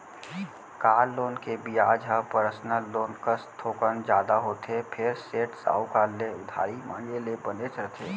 car loan के बियाज ह पर्सनल लोन कस थोकन जादा होथे फेर सेठ, साहूकार ले उधारी मांगे ले बनेच रथे